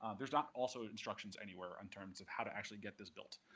there's not also instructions anywhere in terms of how to actually get this built.